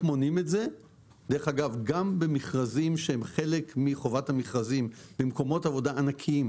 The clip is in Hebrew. דרך אגב גם במכרזים שהם חלק מחובת המכרזים במקומות עבודה ענקיים: